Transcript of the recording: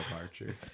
Archer